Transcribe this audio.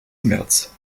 märz